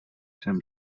jsem